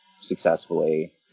successfully